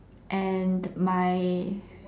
and my